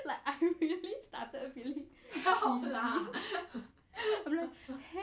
like I started you feeling dizzy